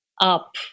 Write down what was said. up